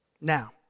Now